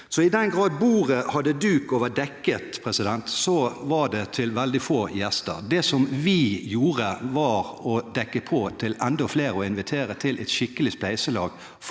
i den grad bordet hadde duk og var dekket, så var det til veldig få gjester. Det som vi gjorde, var å dekke på til enda flere og invitere til et skikkelig spleiselag